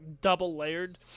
double-layered